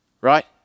right